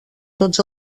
tots